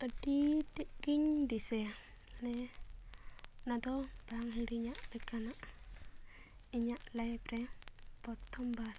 ᱟᱹᱰᱤ ᱛᱮᱫᱜᱤᱧ ᱫᱤᱥᱟᱹᱭᱟ ᱢᱟᱱᱮ ᱚᱱᱟᱫᱚ ᱵᱟᱝ ᱦᱤᱲᱤᱧᱟᱜ ᱞᱮᱠᱟᱱᱟᱜ ᱤᱧᱟᱹᱜ ᱞᱟᱭᱤᱯᱷ ᱨᱮ ᱯᱨᱚᱛᱷᱚᱢ ᱵᱟᱨ